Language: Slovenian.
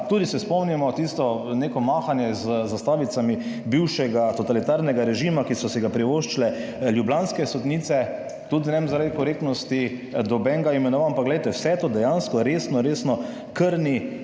Tudi se spomnimo tistega nekega mahanja z zastavicami bivšega totalitarnega režima, ki so si ga privoščile ljubljanske sodnice, tudi ne bom zaradi korektnosti nobenega imenoval. Ampak glejte, vse to dejansko resno resno krni